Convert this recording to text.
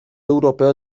europeo